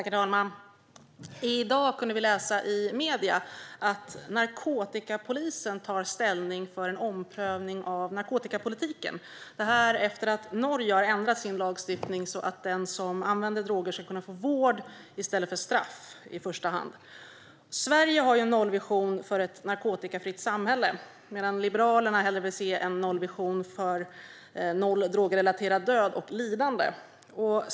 Herr talman! I dag kunde vi läsa i medierna att narkotikapolisen tar ställning för en omprövning av narkotikapolitiken. Detta efter att Norge ändrat sin lagstiftning så att den som använder droger ska kunna få vård i stället för straff i första hand. Sverige har en nollvision om ett narkotikafritt samhälle medan Liberalerna hellre vill se en nollvision för drogrelaterad död och drogrelaterat lidande.